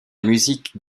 musique